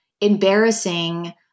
embarrassing